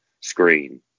screen